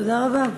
תודה רבה.